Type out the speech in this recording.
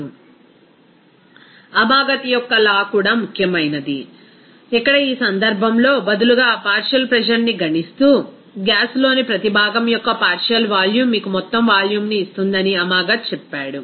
refer slide టైం3521 Amagat యొక్క లా కూడా ముఖ్యమైనది ఇక్కడ ఈ సందర్భంలో బదులుగా ఆ పార్షియల్ ప్రెజర్ ని గణిస్తూ గ్యాస్ లోని ప్రతి భాగం యొక్క పార్షియల్ వాల్యూమ్ మీకు మొత్తం వాల్యూమ్ను ఇస్తుందని అమాగత్ చెప్పాడు